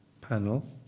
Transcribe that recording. panel